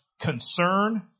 concern